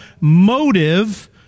motive